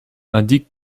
indique